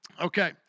Okay